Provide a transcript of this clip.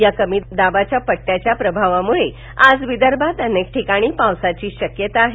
या कमीदाबाच्या पट्टयाच्या प्रभावामुळे आज विदर्भात अनेक ठिकाणी पावसाची शक्यता आहे